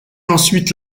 ensuite